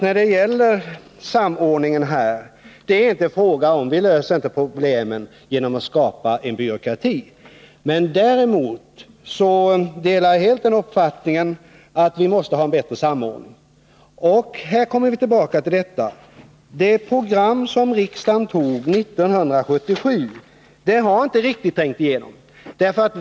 När det gäller samordningen vill jag hävda att vi inte löser problemen genom att skapa en byråkrati. Däremot delar jag helt uppfattningen att vi måste ha en bättre samordning. Där kommer vi tillbaka till det program som riksdagen antog 1977 och som inte riktigt har trängt igenom.